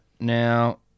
Now